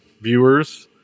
viewers